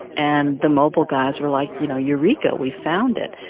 and the mobil guys were like, you know, eureka, we've found it.